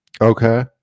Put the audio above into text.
okay